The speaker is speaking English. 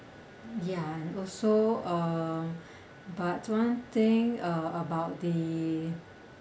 ya and also uh but one thing uh about the